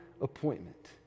appointment